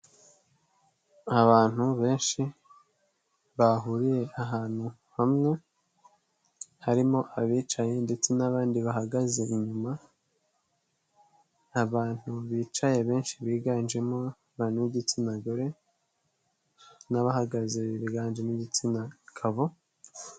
Abantu benshi bahuriye ahantu hamwe harimo abicaye ndetse n'abandi bahagaze inyuma abantu bicaye benshi biganjemo abantu b'igitsina gore n'abahagaze biganjemo igitsina kabo.